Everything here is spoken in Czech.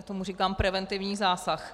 Tomu tedy říkám preventivní zásah.